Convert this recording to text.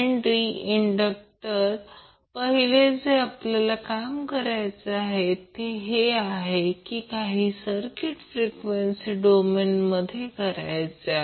5H inductor पहिले जे काम आपल्याला करायचे आहे ते हे काही सर्किट फ्रीक्वेसी डोमेनमध्ये करायचे आहे